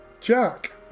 Jack